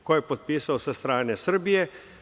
Ko je potpisao sa strane Srbije?